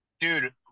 Dude